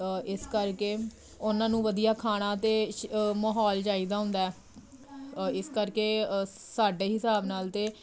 ਇਸ ਕਰਕੇ ਉਹਨਾਂ ਨੂੰ ਵਧੀਆ ਖਾਣਾ ਅਤੇ ਮਾਹੌਲ ਚਾਹੀਦਾ ਹੁੰਦਾ ਇਸ ਕਰਕੇ ਸਾਡੇ ਹਿਸਾਬ ਨਾਲ ਤਾਂ